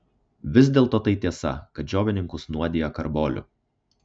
vis dėlto tai tiesa kad džiovininkus nuodija karboliu